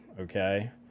okay